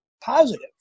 positive